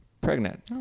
pregnant